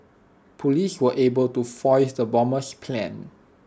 Police were able to foil the bomber's plan